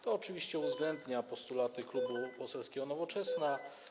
To oczywiście uwzględnia postulaty Klubu Poselskiego Nowoczesna.